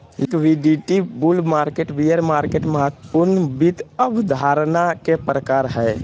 liquidity, bull market, bear market महत्वपूर्ण वित्त अवधारणा के प्रकार हय